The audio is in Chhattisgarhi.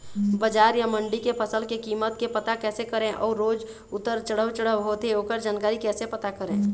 बजार या मंडी के फसल के कीमत के पता कैसे करें अऊ रोज उतर चढ़व चढ़व होथे ओकर जानकारी कैसे पता करें?